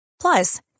Plus